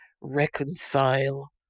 reconcile